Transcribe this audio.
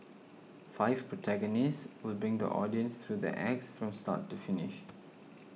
five protagonists will bring the audience through the acts from start to finish